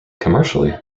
commercially